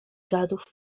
gadów